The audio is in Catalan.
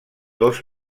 dos